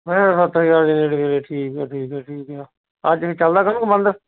ਵਧੀਆ ਸੱਤ ਹਜ਼ਾਰ ਦੇ ਨੇੜੇ ਤੇੜੇ ਠੀਕ ਹੈ ਠੀਕ ਹੈ ਠੀਕ ਹੈ ਅੱਜ ਫਿਰ ਚੱਲਦਾ ਕੰਮ ਕੁ ਬੰਦ